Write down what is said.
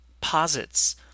posits